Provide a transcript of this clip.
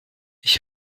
ich